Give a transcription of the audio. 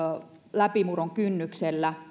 läpimurron kynnyksellä